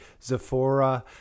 Zephora